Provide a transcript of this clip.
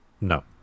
No